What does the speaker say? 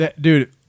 Dude